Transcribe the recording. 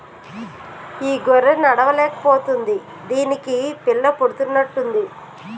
ఈ గొర్రె నడవలేక పోతుంది దీనికి పిల్ల పుడుతున్నట్టు ఉంది